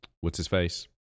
what's-his-face